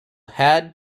had